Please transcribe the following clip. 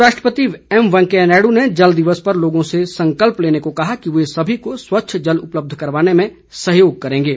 उपराष्ट्रपति एम वेंकैया नायडू ने जल दिवस पर लोगों से संकल्प लेने को कहा कि वे सभी को स्वच्छ जल उपलब्ध कराने में सहयोग करेंगे